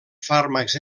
fàrmacs